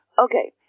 okay